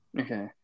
Okay